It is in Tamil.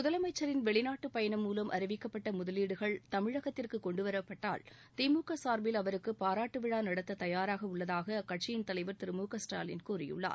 முதலமைச்சரின் வெளிநாட்டுபயணம் மூலம் அறிவிக்கப்பட்டமுதலீடுகள் தமிழகத்திற்குகொண்டுவரப்பட்டால் திமுகசார்பில் அவருக்குபாராட்டுவிழாநடத்ததயாராகஉள்ளதாகஅக்கட்சியின் தலைவர் திரு மு க ஸ்டாலின் கூறியுள்ளார்